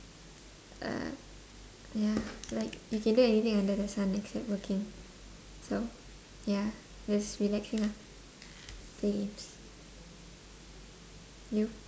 uh ya like you can do anything under the sun except working so ya just relaxing ah you